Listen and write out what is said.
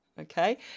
okay